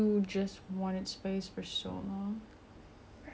just your own privacy cause privacy matters you know like somehow